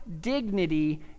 dignity